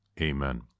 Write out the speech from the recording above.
Amen